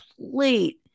complete